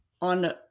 on